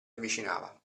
avvicinava